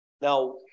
now